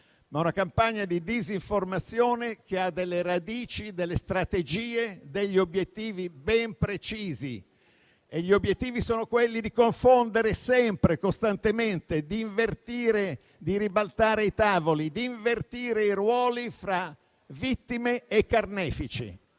una campagna di disinformazione che ha delle radici, delle strategie, degli obiettivi ben precisi, che sono quelli di confondere sempre e costantemente, di ribaltare i tavoli, di invertire i ruoli fra vittime e carnefici.